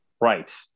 Right